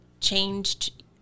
changed